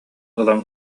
ылан